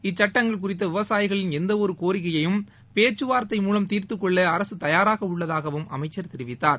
இச்சுட்டங்கள் குறித்த விவசாயிகளின் எந்த ஒரு கோரிக்கையையும் பேச்சுவார்த்தை மூலம் தீர்த்துக் கொள்ள அரசு தயாராக உள்ளதாகவும் அமைச்சர் தெரிவித்தார்